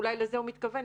אולי לזה הוא מתכוון,